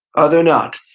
are there not?